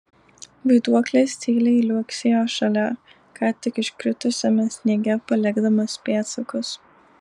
vaiduoklis tyliai liuoksėjo šalia ką tik iškritusiame sniege palikdamas pėdsakus